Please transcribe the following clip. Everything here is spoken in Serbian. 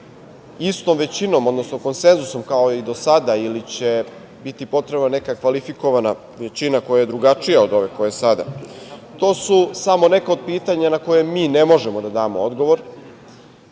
istom većinom, odnosno konsenzusom kao i do sada ili će biti potrebna nekakva kvalifikovana većina koja je drugačija od ove koja je sada. To su samo neka od pitanja na koja mi ne možemo da damo odgovor,